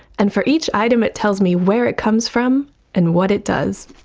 and for each item it tells me where it comes from and what it does.